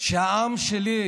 שהעם שלי,